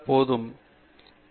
பேராசிரியர் பிரதாப் ஹரிதாஸ் சரி